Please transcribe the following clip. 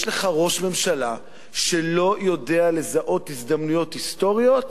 יש לך ראש ממשלה שלא יודע לזהות הזדמנויות היסטוריות,